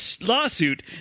lawsuit